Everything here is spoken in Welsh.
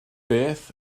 beth